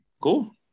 cool